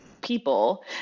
people